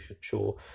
sure